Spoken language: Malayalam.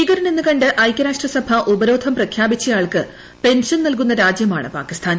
ഭീകരനെന്ന് കണ്ട് ഐക്യരാഷ്ട്ര സഭ ഉപരോധം പ്രഖ്യാപിച്ച ആൾക്ക് പെൻഷൻ നൽകുന്ന രാജ്യമാണ് പാകിസ്ഥാൻ